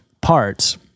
parts